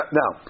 now